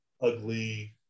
ugly